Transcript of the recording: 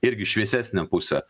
irgi šviesesnę pusę